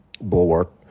bulwark